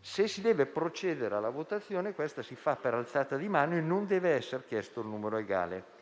Se si deve procedere alla votazione, questa si fa per alzata di mano e non deve essere chiesto il numero legale.